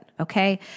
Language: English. Okay